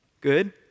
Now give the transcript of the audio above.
Good